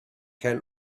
can